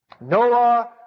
Noah